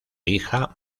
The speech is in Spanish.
hija